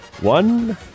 One